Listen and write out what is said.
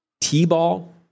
t-ball